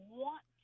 want